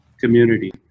community